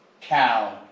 Cow